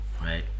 Right